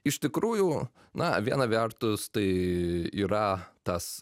iš tikrųjų na viena vertus tai yra tas